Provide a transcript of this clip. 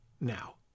now